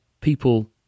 people